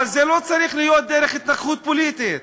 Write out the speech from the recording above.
אבל זה לא צריך להיות דרך התנכלות פוליטית,